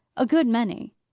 a good many.